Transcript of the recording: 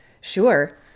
Sure